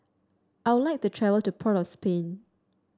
I would like to travel to Port of Spain